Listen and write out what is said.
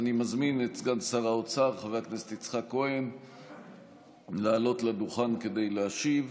אני מזמין את סגן שר האוצר חבר הכנסת יצחק כהן לעלות לדוכן כדי להשיב,